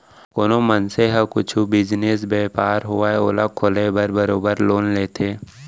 कोनो मनसे ह कुछु बिजनेस, बयपार होवय ओला खोले बर बरोबर लोन लेथे